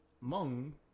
Mung